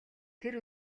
тэр